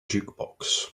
jukebox